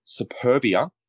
superbia